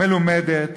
מלומדת,